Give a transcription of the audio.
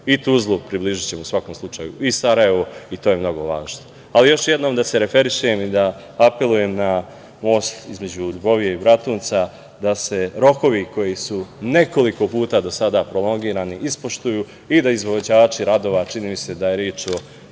mi ćemo približiti u svakom slučaju i Tuzlu i Sarajevo i to je mnogo važno. Još jednom da se referišem i da apelujem na most između Ljubovija i Bratunca da se rokovi koji su nekoliko puta do sada prolongirani ispoštuju i da izvođači radova, čini mi se da je reč o